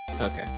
Okay